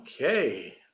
Okay